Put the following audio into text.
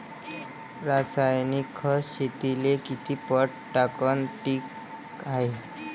रासायनिक खत शेतीले किती पट टाकनं ठीक हाये?